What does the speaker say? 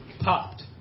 popped